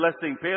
blessing